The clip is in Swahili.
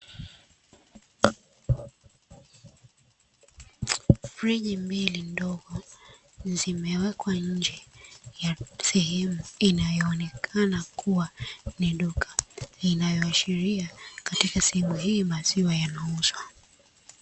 Friji mbili ndogo, zimewekwa nje ya sehemu inayoonekana kuwa ni duka, inayoashiria katika sehemu hii maziwa yanauzwa.